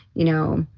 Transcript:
you know,